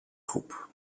groep